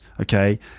okay